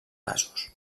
casos